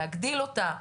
להגדיל אותה,